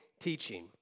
teaching